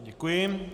Děkuji.